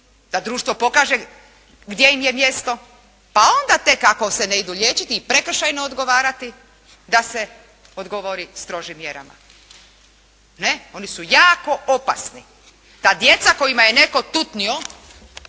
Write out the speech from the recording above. da društvo pokaže gdje im je mjesto pa onda tek ako se ne idu liječiti i prekršajno odgovarati da se odgovori strožim mjerama. Ne, oni su jako opasni. Ta djeca kojima je netko tutnuo